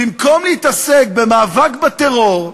במקום להתעסק במאבק בטרור,